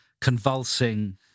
convulsing